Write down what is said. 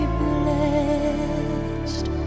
blessed